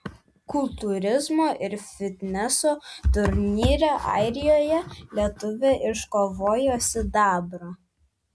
kultūrizmo ir fitneso turnyre airijoje lietuvė iškovojo sidabrą